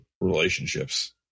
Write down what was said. relationships